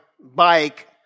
bike